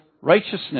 righteousness